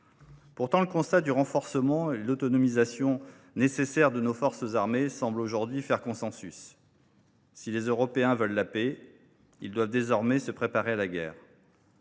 Pourtant, le constat du renforcement et de l’autonomisation nécessaires de nos forces armées semble aujourd’hui faire consensus. Si les Européens veulent la paix, ils doivent désormais se préparer à la guerre.